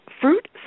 Fruit